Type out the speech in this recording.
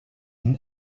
ihn